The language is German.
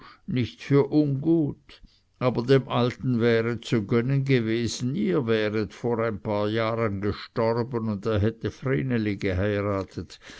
nicht für ungut aber dem alten wäre zu gönnen gewesen ihr wäret vor ein paar jahren gestorben und er hätte vreneli geheiratet